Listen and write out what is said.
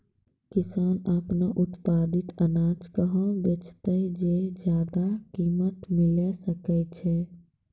किसान आपनो उत्पादित अनाज कहाँ बेचतै जे ज्यादा कीमत मिलैल सकै छै?